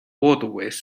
waterways